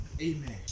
Amen